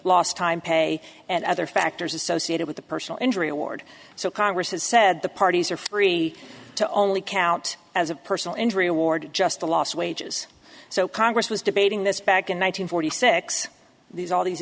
last time pay and other factors associated with the personal injury award so congress has said the parties are free to only count as a personal injury award just a lost wages so congress was debating this back in one thousand forty six these all these